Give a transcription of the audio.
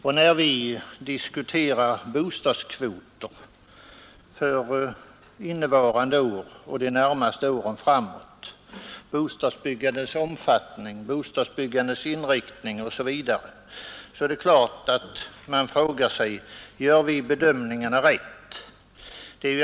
När vi i riksdagen diskuterar bostadskvoter för innevarande år och de närmaste åren framåt, bostadsbyggandets omfattning och inriktning, är det klart, att man måste fråga sig om våra bedömningar är riktiga.